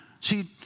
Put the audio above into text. See